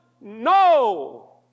No